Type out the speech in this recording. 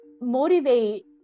motivate